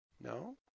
No